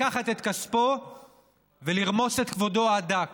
לקחת את כספו ולרמוס את כבודו עד דק.